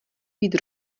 být